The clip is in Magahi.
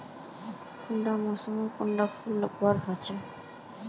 कुंडा मोसमोत कुंडा फुल लगवार होछै?